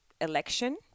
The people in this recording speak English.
election